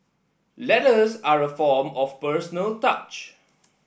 letters are a form of personal touch